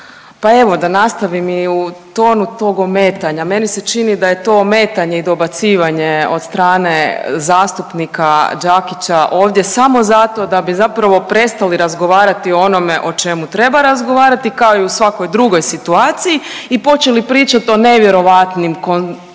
Pa evo da nastavim i u tonu tog ometanja, meni se čini da je to ometanje i dobacivanje od strane zastupnika Đakića ovdje samo zato da bi zapravo prestali razgovarati o onom o čemu treba razgovarati, kao i u svakoj drugoj situaciji i počeli pričati o nevjerojatnim konfabulacijama